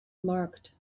marked